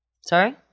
Sorry